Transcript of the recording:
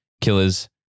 Killers